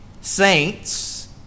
saints